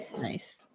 nice